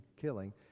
killing